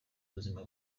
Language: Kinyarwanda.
ubuzima